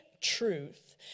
truth